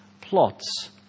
plots